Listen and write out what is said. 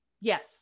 Yes